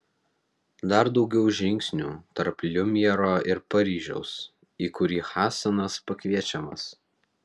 dar daugiau žingsnių tarp liumjero ir paryžiaus į kurį hasanas pakviečiamas